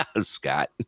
Scott